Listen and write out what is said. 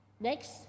next